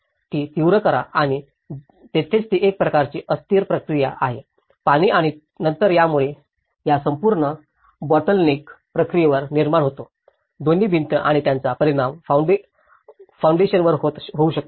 ती तीव्र करा कारण तेथेच ती एक प्रकारची अस्थिर प्रक्रिया आहे पाणी आणि नंतर यामुळे या संपूर्ण बॉटलनेक प्रक्रियेवर परिणाम होतो दोन्ही भिंती आणि त्याचा परिणाम फॉउंडेशन वर होऊ शकतो